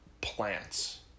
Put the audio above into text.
plants